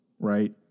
right